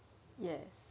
yes